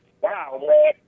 wow